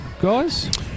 guys